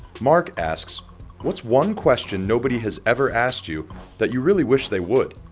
mark asks what's one question nobody has ever asked you that you really wish they would?